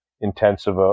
intensive